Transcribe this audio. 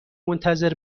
منتظر